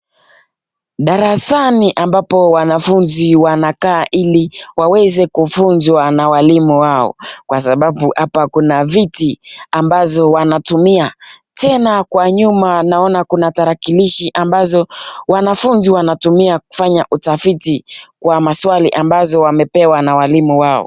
Darasani ambapo wanafunzi wanakaa ili waweze kufunzwa na walimu wao kwa sababu hapa kuna viti ambazo wanatumia tena kwa nyuma naona tarakilishi ambazo wanafunzi wanatumia kufanya utafiti kwa maswali ambazo wamepewa na walimu wao.